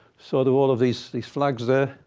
so there were all of these these flags there.